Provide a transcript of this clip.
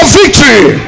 victory